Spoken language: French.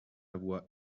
voix